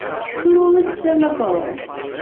two syllables,